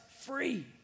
free